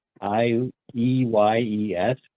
I-E-Y-E-S